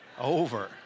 over